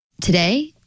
Today